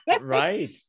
Right